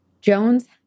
Jones